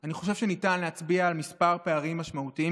אני חושב שניתן להצביע על כמה פערים משמעותיים,